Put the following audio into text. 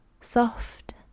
soft